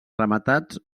rematats